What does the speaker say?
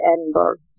Edinburgh